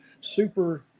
super